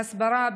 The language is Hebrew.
בהסברה,